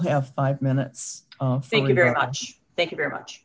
have five minutes thank you very much thank you very much